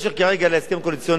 הדבר מיותר לחלוטין.